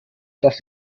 dass